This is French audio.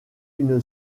une